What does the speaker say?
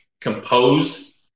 composed